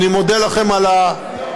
אני מודה לכם על ההקשבה.